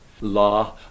la